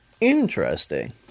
Interesting